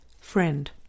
Friend